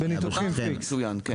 בניתוחים כן המצב מצוין.